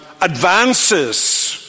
advances